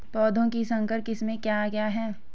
पौधों की संकर किस्में क्या क्या हैं?